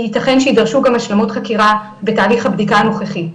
כי ייתכן שיידרשו גם השלמות חקירה בתהליך הבדיקה הנוכחי.